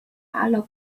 aller